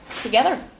together